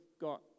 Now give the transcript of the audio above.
got